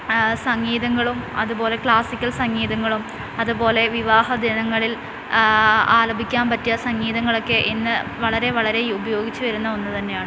സംഗീതങ്ങളും അതുപോലെ ക്ലാസ്സിക്കൽ സംഗീതങ്ങളും അതുപോലെ വിവാഹ ദിനങ്ങളിൽ ആലപിക്കാൻ പറ്റിയ സംഗീതങ്ങളൊക്കെ ഇന്ന് വളരെ വളരെ ഉപയോഗിച്ചു വരുന്ന ഒന്ന് തന്നെയാണ്